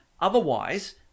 Otherwise